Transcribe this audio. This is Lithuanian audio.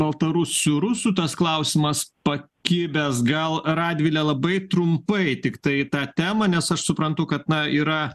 baltarusių rusų tas klausimas pakibęs gal radvile labai trumpai tiktai tą temą nes aš suprantu kad na yra